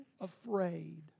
afraid